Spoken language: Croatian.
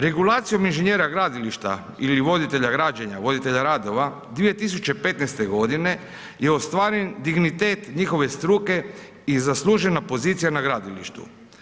Regulacijom inženjera gradilišta ili voditelja građenja, voditelja radova 2015. godine je ostvaren dignitet njihove struke i zaslužena pozicija na gradilištu.